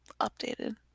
updated